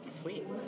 Sweet